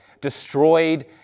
destroyed